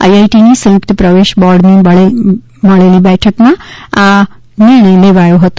આઇઆઇટીની સંયુકત પ્રવેશ બોર્ડની મળેલી બેઠકમાં આ નિર્ણય લેવાયો હતો